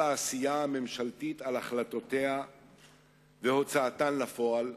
העשייה הממשלתית על החלטותיה והוצאתן לפועל,